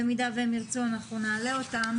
הם לא הכלילו בפנים תלמידים ונוער בסיכון לדעתי.